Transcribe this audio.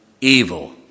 evil